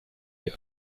die